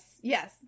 yes